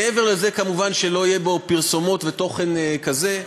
מעבר לזה, כמובן, שלא יהיו בו פרסומות ותוכן כזה.